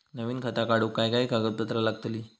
नवीन खाता काढूक काय काय कागदपत्रा लागतली?